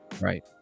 Right